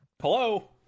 Hello